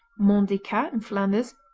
mont-des-cats in flanders,